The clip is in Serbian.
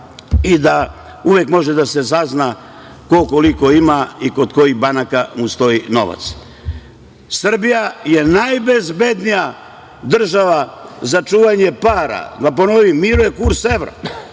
i da uvek može da se sazna ko koliko ima i kod kojih banaka mu stoji novac. Srbija je najbezbednija država za čuvanje para. Da ponovim, miruje kurs evra.